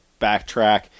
backtrack